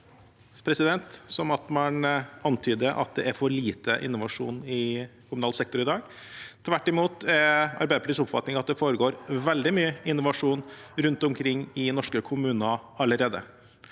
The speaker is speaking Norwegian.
at man antyder at det er for lite innovasjon i kommunal sektor i dag. Arbeiderpartiets oppfatning er tvert imot at det foregår veldig mye innovasjon rundt omkring i norske kommuner allerede.